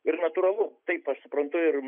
ir natūralu taip aš suprantu ir